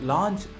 Launch